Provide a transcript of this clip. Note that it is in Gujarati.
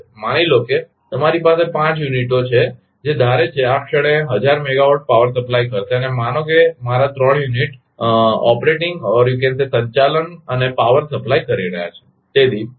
માની લો કે તમારી પાસે 5 યુનિટો છે જે ધારે છે કે આ ક્ષણે 1000 મેગાવોટ પાવર સપ્લાય કરશે અને માનો કે મારા 3 યુનિટો3 યુનિટ્સ સંચાલન અને પાવર સપ્લાય કરી રહ્યા છે